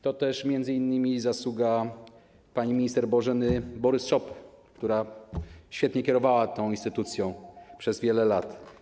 To też m.in. zasługa pani minister Bożeny Borys-Szopy, która świetnie kierowała tą instytucją przez wiele lat.